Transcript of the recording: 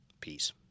Peace